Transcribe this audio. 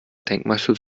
denkmalschutz